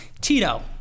Tito